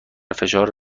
فشار